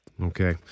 Okay